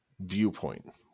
viewpoint